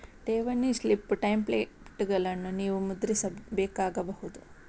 ಠೇವಣಿ ಸ್ಲಿಪ್ ಟೆಂಪ್ಲೇಟುಗಳನ್ನು ನೀವು ಮುದ್ರಿಸಬೇಕಾಗಬಹುದು